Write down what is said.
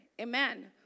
Amen